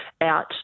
out